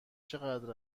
چقدر